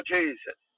Jesus